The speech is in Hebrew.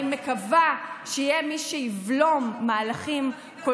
אני מקווה שיהיה מי שיבלום מהלכים כל